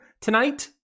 tonight